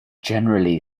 generally